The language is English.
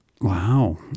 Wow